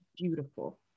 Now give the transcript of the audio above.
beautiful